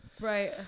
Right